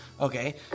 Okay